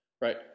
right